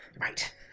Right